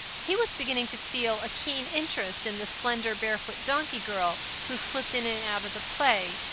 he was beginning to feel a keen interest in the slender, barefoot donkey-girl who slipped in and out of the play,